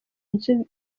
nzu